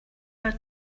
our